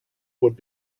would